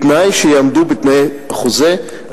בתנאי שיעמדו בתנאי החוזה,